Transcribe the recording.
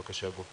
בבקשה, גור.